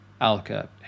Alka